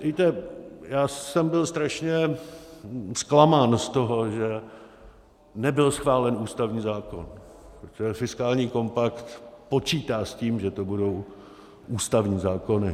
Víte, já jsem byl strašně zklamán z toho, že nebyl schválen ústavní zákon, protože fiskální kompakt počítá s tím, že to budou ústavní zákony.